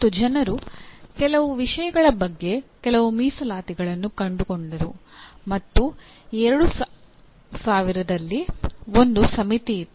ಮತ್ತು ಜನರು ಕೆಲವು ವಿಷಯಗಳ ಬಗ್ಗೆ ಕೆಲವು ಮೀಸಲಾತಿಗಳನ್ನು ಕಂಡುಕೊಂಡರು ಮತ್ತು 2000ರಲ್ಲಿ ಒಂದು ಸಮಿತಿ ಇತ್ತು